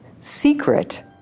secret